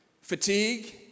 fatigue